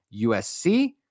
USC